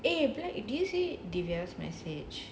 eh black do you see D_B_S message